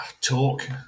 Talk